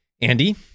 Andy